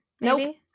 Nope